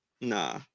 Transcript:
Nah